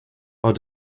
are